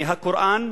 מהקוראן?